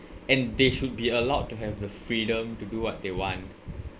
and they should be allowed to have the freedom to do what they want